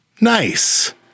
nice